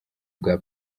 bwa